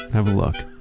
have a look.